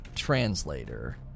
translator